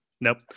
Nope